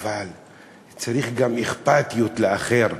אבל צריך גם אכפתיות לאחר.